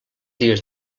dies